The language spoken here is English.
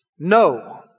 No